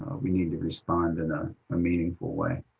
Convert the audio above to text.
we need to respond in a meaningful way.